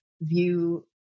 view